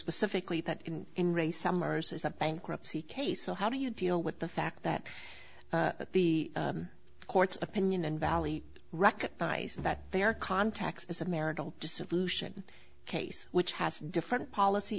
specifically that in re summers is a bankruptcy case so how do you deal with the fact that the court's opinion and valley recognize that they are contacts is a marital dissolution case which has different policy